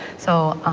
so,